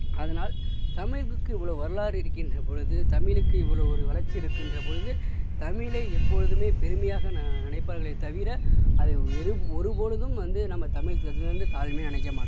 அதனால் தமிழுக்கு எவ்வளோ வரலாறு இருக்கின்ற பொழுது தமிழுக்கு இவ்வளோ ஒரு வளர்ச்சி இருக்கின்றர் பொழுது தமிழை எப்போதுமே பெருமையாக நினைப்பவர்களை தவிர அதை ஒரு ஒரு பொழுதும் வந்து நம்ம தமிழை தாழ்மையா நினைக்க மாட்டாங்கள்